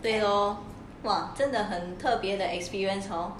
对咯 !wah! 真的很特别的 experience hor